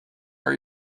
are